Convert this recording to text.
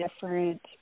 different